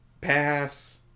pass